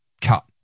cut